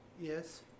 Yes